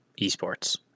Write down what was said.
esports